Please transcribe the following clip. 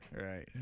Right